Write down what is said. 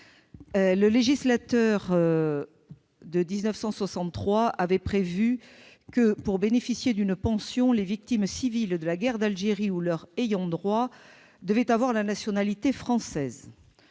le législateur avait prévu que, pour bénéficier d'une pension, les victimes civiles de la guerre d'Algérie ou leurs ayants droit devaient avoir la nationalité française.